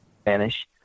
Spanish